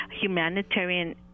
humanitarian